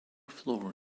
floor